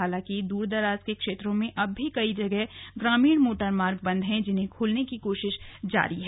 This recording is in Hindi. हालांकि दूरदराज के क्षेत्रों में अब भी कई जगह ग्रामीण मोटरमार्ग बंद हैं जिन्हें खोलने की कोशिश की जा रही है